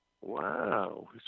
Wow